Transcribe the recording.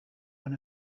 one